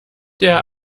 der